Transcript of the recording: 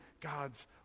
God's